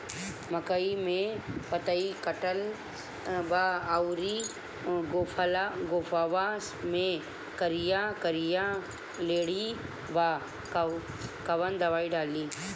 मकई में पतयी कटल बा अउरी गोफवा मैं करिया करिया लेढ़ी बा कवन दवाई डाली?